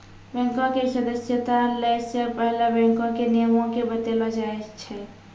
बैंको के सदस्यता लै से पहिले बैंको के नियमो के बतैलो जाय छै